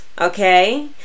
okay